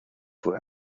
fue